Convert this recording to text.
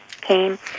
came